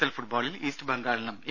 L ഫുട്ബോളിൽ East ബംഗാളിനും A